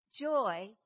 joy